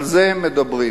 על זה הם מדברים.